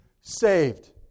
saved